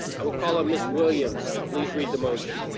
i will call on miss williams to please read the motion.